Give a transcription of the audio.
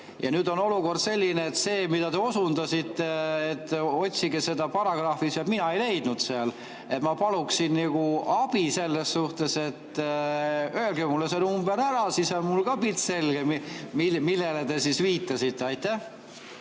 ja nüüd on olukord selline, et seda, millele te osundasite, et otsige seda paragrahvi sealt, mina ei leidnud. Ma paluksin nagu abi selles suhtes, et öelge mulle see number ära, siis on mul ka pilt selge, millele te siis viitasite. Aitäh